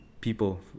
people